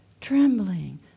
trembling